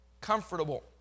Comfortable